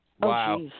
Wow